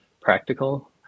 practical